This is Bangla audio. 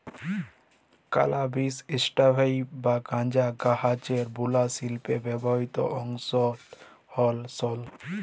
ক্যালাবিস স্যাটাইভ বা গাঁজা গাহাচের বুলা শিল্পে ব্যাবহিত অংশট হ্যল সল